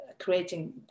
creating